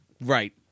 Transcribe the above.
right